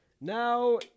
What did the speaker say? Now